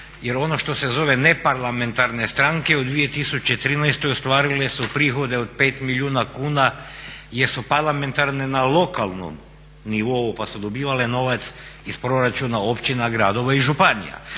jer ono što se zove neparlamentarne stranke u 2013. ostvarile su prihode od 5 milijuna kuna jer su parlamentarne na lokalnom nivou pa su dobivale novac iz proračuna općina, gradova i županija.